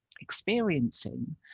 experiencing